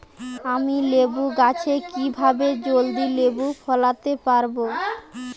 আমি লেবু গাছে কিভাবে জলদি লেবু ফলাতে পরাবো?